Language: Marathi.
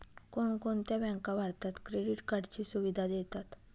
कोणकोणत्या बँका भारतात क्रेडिट कार्डची सुविधा देतात?